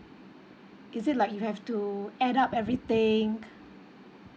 is it like you have to add up everything